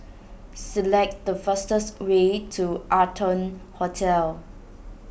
select the fastest way to Arton Hotel